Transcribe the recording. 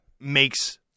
makes